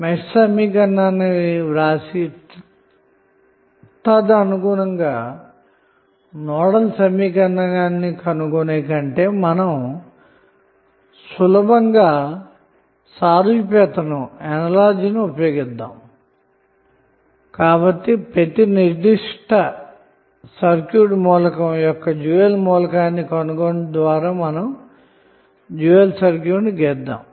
mesh సమీకరణాన్ని వ్రాసి తదనుగుణంగా నోడల్ సమీకరణాన్ని కనుగొనే కంటే మనం సులభంగా సారూప్యత ని ఉపయోగిద్దాము ప్రతి నిర్దిష్ట సర్క్యూట్ మూలకం యొక్క డ్యూయల్ మూలకాన్ని కనుగొనుట ద్వారా డ్యూయల్ సర్క్యూట్ ను గీద్దాము